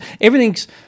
Everything's